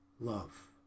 love